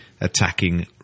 attacking